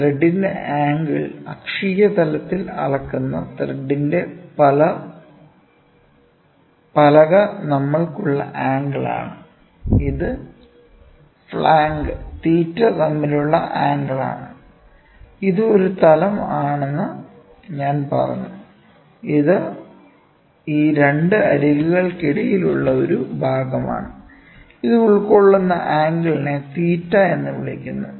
ത്രെഡിന്റെ ആംഗിൾ അക്ഷീയ തലത്തിൽ അളക്കുന്ന ത്രെഡിന്റെ പലക തമ്മിലുള്ള ആംഗിൾ ആണ് ഇത് ഫ്ലാങ്ക് തീറ്റ 𝜭 തമ്മിലുള്ള ആംഗിൾ ആണ് ഇത് ഒരു തലം ആണെന്ന് ഞാൻ പറഞ്ഞു ഇത് ഈ 2 അരികുകൾക്കിടയിലുള്ള ഒരു ഭാഗമാണ് ഇത് ഉൾക്കൊള്ളുന്ന ആംഗിളിനെ തീറ്റ 𝜭 എന്ന് വിളിക്കുന്നു